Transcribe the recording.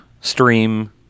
stream